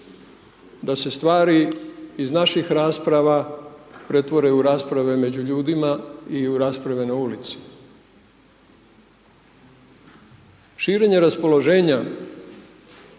da se stvari iz naših rasprava pretvore u rasprave među ljudima i u rasprave na ulici. Širenje raspoloženja